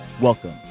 Welcome